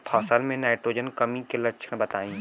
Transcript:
फसल में नाइट्रोजन कमी के लक्षण बताइ?